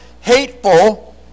hateful